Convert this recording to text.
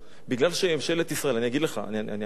מכיוון שממשלת ישראל, אני אגיד לך, אני אענה לך.